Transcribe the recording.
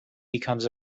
becomes